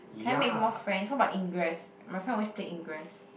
can I make more friends what about ingress my friend always play ingress